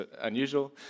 unusual